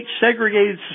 segregated